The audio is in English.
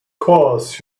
course